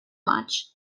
much